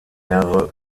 mehrere